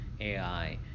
AI